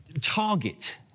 target